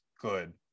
good